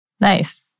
Nice